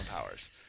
powers